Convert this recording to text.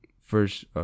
first